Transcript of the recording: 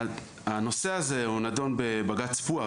והנושא הזה הוא נדון בבג"ץ פואה,